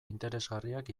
interesgarriak